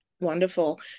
Wonderful